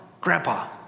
Grandpa